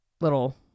little